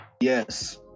Yes